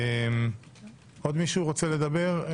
עוד מישהו רוצה לדבר?